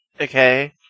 Okay